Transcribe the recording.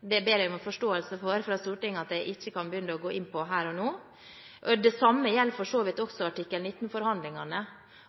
ber om forståelse fra Stortinget for at jeg ikke kan begynne å gå inn på det her og nå. Det samme gjelder for så vidt også artikkel 19-forhandlingene.